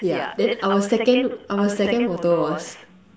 yeah then our second our second motto was